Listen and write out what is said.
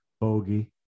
bogey